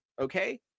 Okay